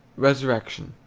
resurrection.